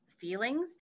feelings